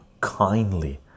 kindly